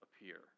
appear